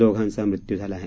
दोघांचा मृत्यू झाला आहे